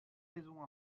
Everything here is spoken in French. raisons